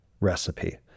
recipe